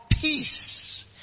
peace